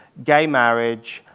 gay marriage,